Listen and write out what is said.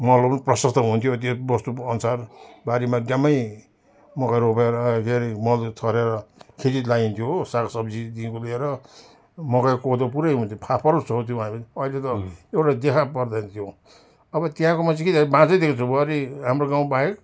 मलहरू प्रशस्त हुन्थ्यो त्यो वस्तु अनुसार बारीमा ड्याम्मै मकै रोपेर के हरे मल छेरेर खेती लाइन्थ्यो हो साग सब्जीदेखिको लिएर मकै कोदो पुरै हुन्थ्यो फापर छर्थ्यौँ हामी अहिले त एउटा देखा पर्दैन त्यो अब त्यहाँको मान्छे किन है बाँझै देख्छु वारि हाम्रो गाउँ बाहेक